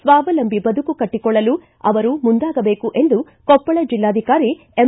ಸ್ವಾವಲಂಬಿ ಬದುಕು ಕಟ್ಟಕೊಳ್ಳಲು ಮಹಿಳೆಯರು ಮುಂದಾಗಬೇಕು ಎಂದು ಕೊಪ್ಪಳ ಜಿಲ್ಲಾಧಿಕಾರಿ ಎಂ